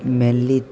mainly